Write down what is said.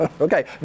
Okay